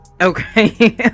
okay